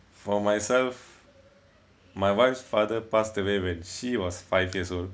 for myself my wife's father passed away when she was five years old